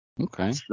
Okay